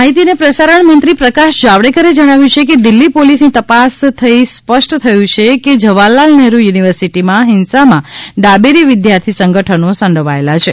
માહિતી અને પ્રસારણ મત્રી પ્રકાશ જાવડેકરે જણાવ્યું છેકે દિલ્લી પોલીસની તપાસ થઈ સ્પષ્ટ થયું છેકે જવાહરલાલ નહેરુ યુનિવસિર્ટીમાં હિંસામાં ડાબેરી વિદ્યાર્થી સંગઠનો સંડોવાયેલાં છે